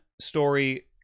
Story